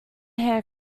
hair